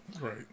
Right